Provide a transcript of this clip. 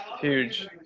Huge